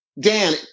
Dan